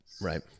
Right